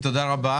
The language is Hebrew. תודה רבה